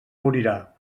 morirà